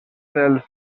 dels